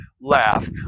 laugh